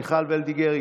מיכל וולדיגר,